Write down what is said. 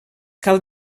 cal